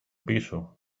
piso